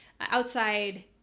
outside